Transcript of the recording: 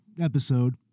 episode